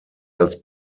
als